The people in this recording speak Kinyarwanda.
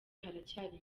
haracyari